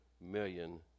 million